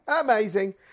amazing